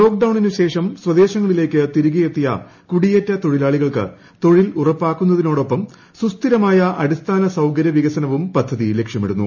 ലോക്ഡൌണിന് ശേഷം സൂദേശൂങ്ങളിലേക്ക് തിരികെ എത്തിയ കുടിയേറ്റ തൊഴിലാളികൾക്ക് തൊഴിൽ ഉറപ്പാക്കുന്നതിനോടൊപ്പം സുസ്ഥിരമായ അടിസ്മാക്ക് സൌകര്യ വികസനവും പദ്ധതി ലക്ഷ്യമിടുന്നു